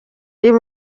uyu